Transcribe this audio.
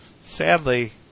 sadly